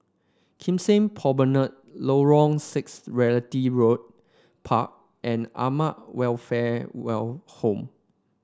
Kim Seng Promenade Lorong six Realty Road Park and Welfare well Home